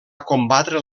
combatre